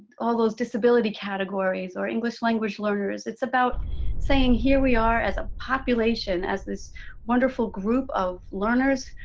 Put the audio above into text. all those disability categories, or english language learners. it's about saying here we are as a population, as this wonderful group of learners,